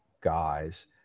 guys